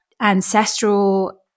ancestral